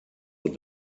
what